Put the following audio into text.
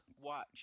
watch